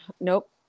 Nope